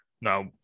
Now